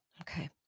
Okay